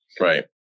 Right